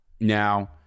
Now